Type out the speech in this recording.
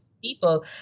people